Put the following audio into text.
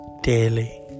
daily